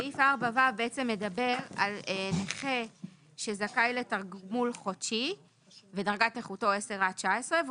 שככל שהבן אדם בחר לקבל תגמול חודשי אז הוא